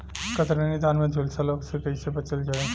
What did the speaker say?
कतरनी धान में झुलसा रोग से कइसे बचल जाई?